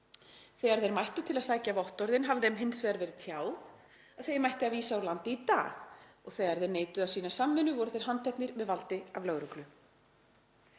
Þegar þeir mættu til að sækja vottorðin hafi þeim hins vegar verið tjáð að það ætti að vísa þeim úr landi í dag og þegar þeir neituðu að sýna samvinnu voru þeir handteknir með valdi af lögreglu.